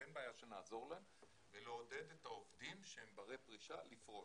אין בעיה שנעזור להם בלעודד את העובדים שהם ברי פרישה לפרוש.